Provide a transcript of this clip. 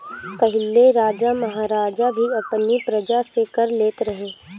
पहिले राजा महाराजा भी अपनी प्रजा से कर लेत रहे